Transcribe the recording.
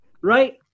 right